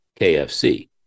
KFC